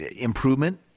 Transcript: improvement